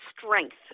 strength